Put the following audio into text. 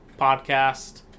podcast